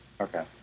okay